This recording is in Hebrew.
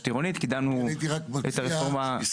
עירונית קידמנו את הרפורמה --- אני הייתי רק מציע